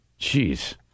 jeez